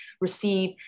receive